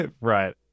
right